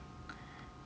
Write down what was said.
(uh huh)